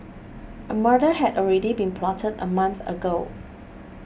a murder had already been plotted a month ago